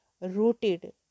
rooted